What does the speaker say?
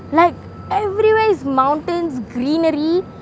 like everywhere is mountains greenery